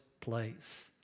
place